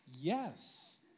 yes